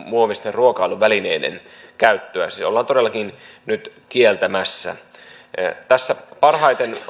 muovisten ruokailuvälineiden käyttö ollaan todellakin nyt kieltämässä tässä parhaiten